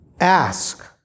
ask